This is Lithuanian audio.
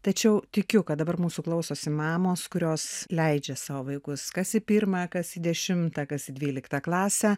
tačiau tikiu kad dabar mūsų klausosi mamos kurios leidžia savo vaikus kas į pirmą kas į dešimtą kas į dvyliktą klasę